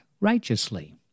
righteously